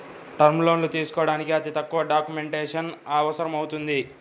term లోన్లు తీసుకోడానికి అతి తక్కువ డాక్యుమెంటేషన్ అవసరమవుతుంది